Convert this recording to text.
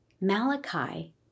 Malachi